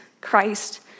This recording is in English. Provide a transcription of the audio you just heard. Christ